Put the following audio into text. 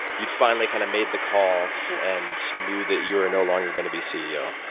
you'd finally kind of made the call and knew that you were no longer going to be ceo?